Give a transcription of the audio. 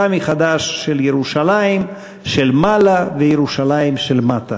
מחדש של ירושלים של מעלה וירושלים של מטה.